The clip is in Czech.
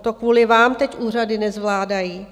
To kvůli vám teď úřady nezvládají.